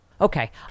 Okay